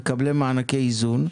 מקבלים מענקי איזון,